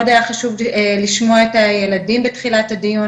היה חשוב לי לשמוע את הילדים בתחילת הדיון,